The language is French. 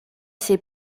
ses